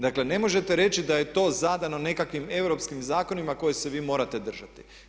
Dakle, ne možete reći da je to zadano nekakvim europskim zakonima kojih se vi morate držati.